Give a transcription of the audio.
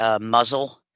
muzzle